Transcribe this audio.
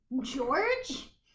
George